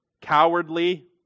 cowardly